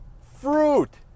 Fruit